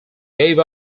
gave